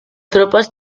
tropes